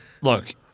look